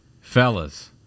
Fellas